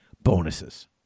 bonuses